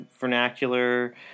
vernacular